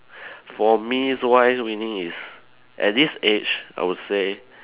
for me wise winning is at this age I would say